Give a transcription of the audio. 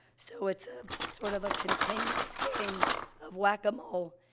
so, it's a sort of a continuous game of whac-a-mole,